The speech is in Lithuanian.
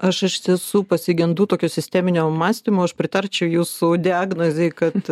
aš iš tiesų pasigendu tokio sisteminio mąstymo aš pritarčiau jūsų diagnozei kad